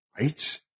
right